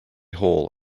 hole